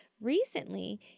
Recently